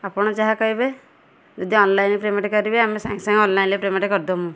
ଆପଣ ଯାହା କହିବେ ଯଦି ଅନଲାଇନ୍ ପେମେଣ୍ଟ୍ କରିବେ ଆମେ ସାଙ୍ଗେ ସାଙ୍ଗେ ଅନଲାଇନ୍ରେ ପେମେଣ୍ଟ୍ କରିଦେବୁ